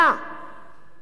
וכפי שאמרתי,